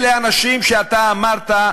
אלה האנשים שאתה אמרת,